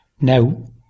Now